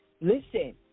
listen